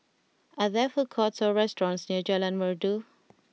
are there food courts or restaurants near Jalan Merdu